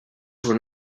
were